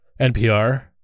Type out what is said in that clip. NPR